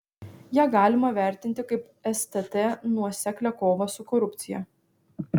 ją galima vertinti kaip stt nuoseklią kovą su korupcija